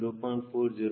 2 0